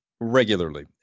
regularly